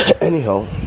anyhow